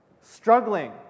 struggling